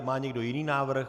Má někdo jiný návrh?